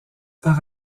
par